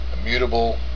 immutable